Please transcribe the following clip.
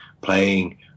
playing